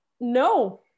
No